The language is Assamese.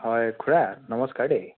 হয় খুৰা নমস্কাৰ দেই